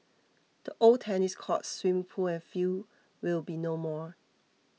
the old tennis courts swimming pool and field will be no more